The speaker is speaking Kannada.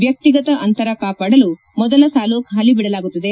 ವ್ಯಕ್ತಿಗತ ಅಂತರ ಕಾಪಾಡಲು ಮೊದಲ ಸಾಲು ಖಾಲಿ ಬಿಡಲಾಗುತ್ತದೆ